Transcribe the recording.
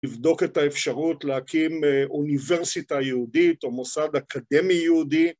לבדוק את האפשרות להקים אוניברסיטה יהודית או מוסד אקדמי יהודי.